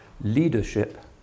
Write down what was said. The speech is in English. leadership